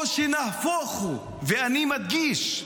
או שנהפוך הוא, ואני מדגיש,